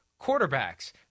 quarterbacks